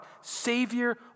Savior